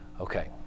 Okay